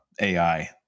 AI